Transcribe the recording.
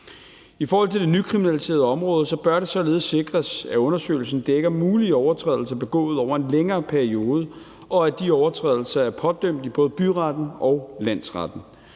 I forhold til det nykriminaliserede område bør det således sikres, at undersøgelsen dækker mulige overtrædelser begået over en længere periode, og at de overtrædelser er pådømt i både byretten og landsretten.